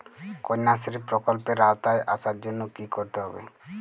কন্যাশ্রী প্রকল্পের আওতায় আসার জন্য কী করতে হবে?